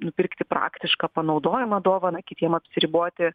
nupirkti praktišką panaudojamą dovaną kitiem apsiriboti